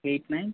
eight nine